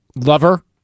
lover